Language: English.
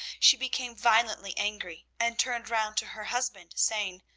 she became violently angry and turned round to her husband, saying,